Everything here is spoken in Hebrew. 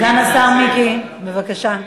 סגן השר מיקי, בבקשה.